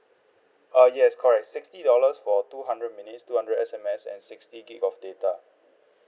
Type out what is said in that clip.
ah yes correct sixty dollars for two hundred minutes two hundred S_M_S and sixty gigabyte of data